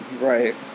right